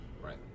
right